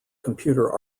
computer